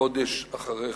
חודש אחרי חודש.